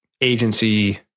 agency